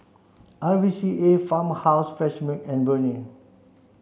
R V C A Farmhouse Fresh Milk and Burnie